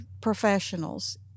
professionals